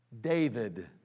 David